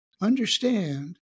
understand